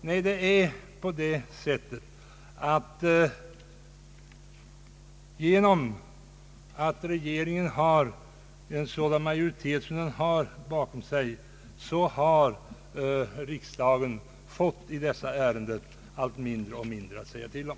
Nej, genom att regeringen har en sådan majoritet bakom sig, har riksdagen i dessa ärenden och en del andra fått allt mindre att säga till om.